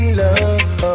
love